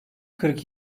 kırk